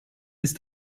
ist